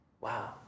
Wow